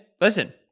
Listen